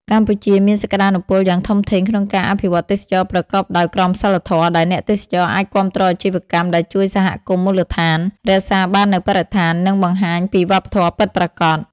កម្ពុជាមានសក្តានុពលយ៉ាងធំធេងក្នុងការអភិវឌ្ឍទេសចរណ៍ប្រកបដោយក្រមសីលធម៌ ដែលអ្នកទេសចរអាចគាំទ្រអាជីវកម្មដែលជួយសហគមន៍មូលដ្ឋាន រក្សាបាននូវបរិស្ថាន និងបង្ហាញពីវប្បធម៌ពិតប្រាកដ ។